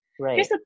right